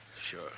Sure